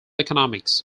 economics